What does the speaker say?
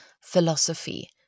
philosophy